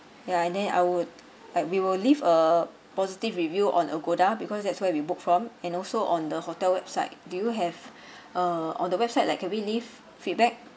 ya and then I would like we will leave a positive review on Agoda because that's where we book from and also on the hotel website do you have uh on the website like can we leave feedback